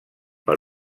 per